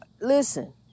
listen